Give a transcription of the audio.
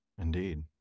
Indeed